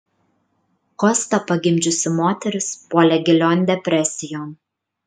kostą pagimdžiusi moteris puolė gilion depresijon